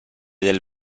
del